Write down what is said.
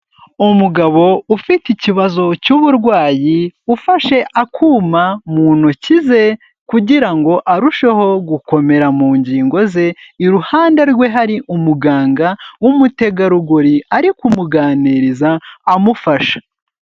Umugabo ufite ikibazo cy'uburwayi ufashe akuma mu ntoki ze, kugira ngo arusheho gukomera mu ngingo ze, iruhande rwe hari umuganga w'umutegarugori ari kumuganiriza amufasha.